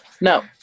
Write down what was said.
no